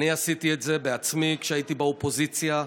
אני עשיתי את זה בעצמי כשהייתי באופוזיציה.